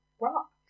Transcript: Rock